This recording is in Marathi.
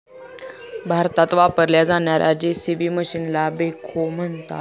भारतात वापरल्या जाणार्या जे.सी.बी मशीनला बेखो म्हणतात